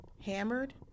hammered